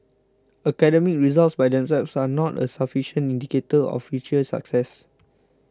academic results by themselves are not a sufficient indicator of future success